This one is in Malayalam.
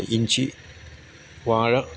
ഇഞ്ചി വാഴ